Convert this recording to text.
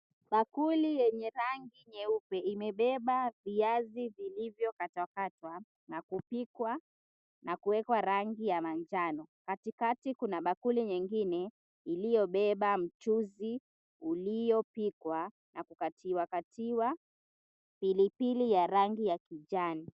Bakuli yenye rangi nyeupe imebeba viazi vilivyokatwakatwa na kupikwa na kuwekwa rangi ya manjano. Katikati kuna bakuli nyingine iliyobeba mchuzi uliopikwa na kukatiwakatiwa pilipili ya rangi ya kijani.